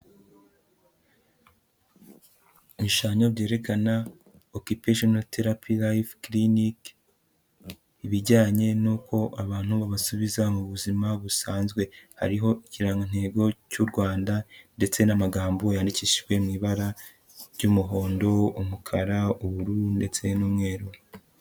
Ibishushanyo byere Occupational therapy life clinc, ibijyanye n'uko abantu babasubiza mu buzima busanzwe, hariho ikirangantego cy'u Rwanda ndetse n'amagambo yandikishijwe mu ibara ry'umuhondo, umukara, ubururu ndetse n'umweru.